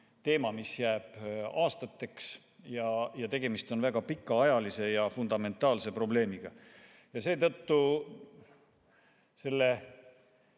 teema, mis jääb aastateks. Tegemist on väga pikaajalise ja fundamentaalse probleemiga. Seetõttu me